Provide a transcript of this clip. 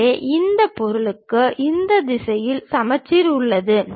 எனவே இந்த பொருளுக்கு இந்த திசையில் சமச்சீர் உள்ளது